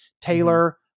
Taylor